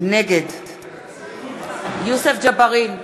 נגד יוסף ג'בארין,